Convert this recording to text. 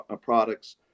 products